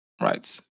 Right